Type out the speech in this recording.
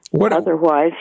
Otherwise